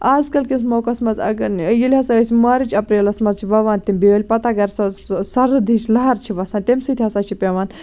آز کَل کِس موقَس منٛز اَگر ییٚلہِ ہسا أسۍ مارٕچ اَپریلَس منٛز چھِ وَوان تِم بیٲلۍ پَتہٕ اَگر سۄ سَرٕد ہِش لَہر چھِ وَسان تَمہِ سۭتۍ ہسا چھِ پیوان